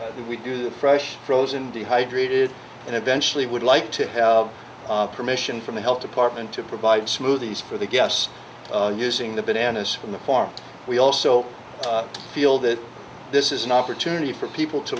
and we do the fresh frozen dehydrated and eventually would like to have permission from the health department to provide smoothies for the guests using the bananas from the farm we also feel that this is an opportunity for people to